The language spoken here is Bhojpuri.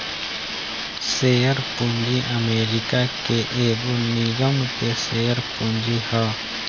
शेयर पूंजी अमेरिका के एगो निगम के शेयर पूंजी ह